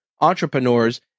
entrepreneurs